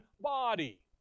body